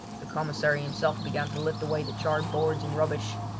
the commissary himself began to lift away the charred boards and rubbish.